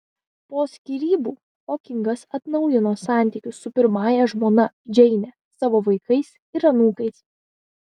po skyrybų hokingas atnaujino santykius su pirmąja žmona džeine savo vaikais ir anūkais